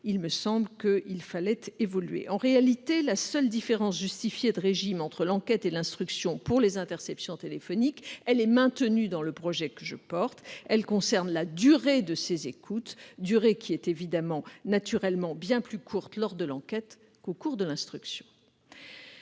il me semble qu'il fallait évoluer. En réalité, la seule différence justifiée de régime entre l'enquête et l'instruction pour les interceptions téléphoniques est maintenue dans le projet que je défends. Elle concerne la durée de ces écoutes, qui sera évidemment bien plus courte lors de l'enquête que de l'instruction.